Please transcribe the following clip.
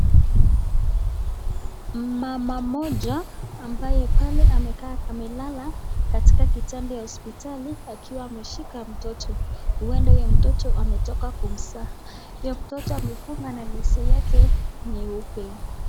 Mama moja ambaye pale amelala katika kitanda ya hospitalini akiwa ameshika mtoto, huenda huyo mtoto ametoka kumzaa huyu mtoto amefunga na leso yake nyeupe.